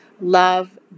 love